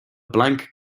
blank